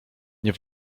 nie